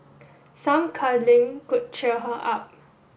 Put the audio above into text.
some cuddling could cheer her up